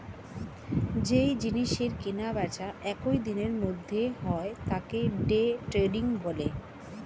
যেই জিনিসের কেনা বেচা একই দিনের মধ্যে হয় তাকে ডে ট্রেডিং বলে